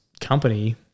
company